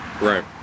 Right